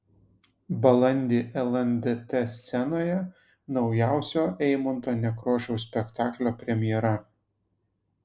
balandį lndt scenoje naujausio eimunto nekrošiaus spektaklio premjera